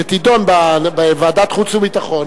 שתידון בוועדת החוץ והביטחון?